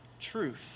truth